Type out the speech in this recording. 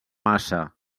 maça